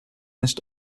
nicht